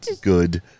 Good